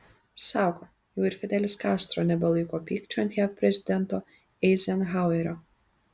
sako jau ir fidelis kastro nebelaiko pykčio ant jav prezidento eizenhauerio